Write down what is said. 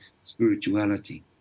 spirituality